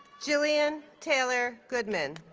gillian taylor goodman